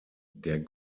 der